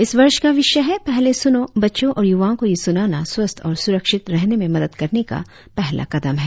इस वर्ष का विषय है पहले सुनो बच्चों और युवाओ को यह सुनाना स्वस्थ और सुरक्षित रहने में मदद करने का पहला कदम है